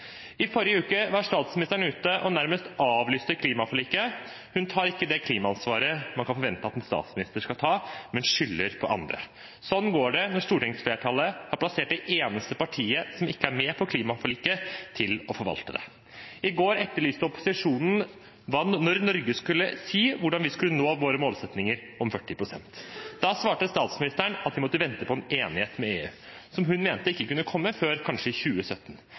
I forrige uke var statsministeren ute og nærmest avlyste klimaforliket. Hun tar ikke det klimaansvaret som man kan forvente at en statsminister skal ta, men skylder på andre. Slik går det når stortingsflertallet har plassert det eneste partiet som ikke er med på klimaforliket, til å forvalte det. I går etterlyste opposisjonen hva Norge skulle si om hvordan vi skulle nå våre målsettinger om 40 pst. Da svarte statsministeren at vi måtte vente på en enighet med EU, som hun mente ikke kunne komme før kanskje i 2017.